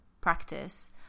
practice